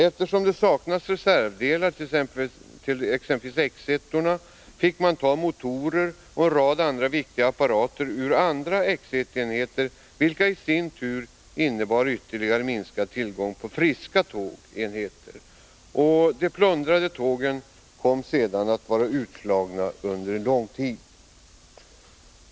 Eftersom det saknas reservdelar till exempelvis X 1-orna, fick man ta motorer och en rad andra viktiga apparater ur andra X 1-enheter, vilket i sin tur innebar ytterligare minskad tillgång på friska tågenheter. De plundrade tågen kom sedan att vara utslagna under lång tid.